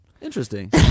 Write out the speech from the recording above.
Interesting